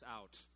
out